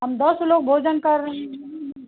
हम दस लोग भोजन कर रहे हैं